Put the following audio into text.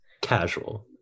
casual